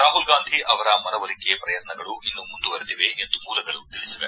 ರಾಹುಲ್ ಗಾಂಧಿ ಅವರ ಮನವೊಲಿಕೆ ಪ್ರಯತ್ನಗಳು ಇನ್ನೂ ಮುಂದುವರೆದಿವೆ ಎಂದು ಮೂಲಗಳು ತಿಳಿಬವೆ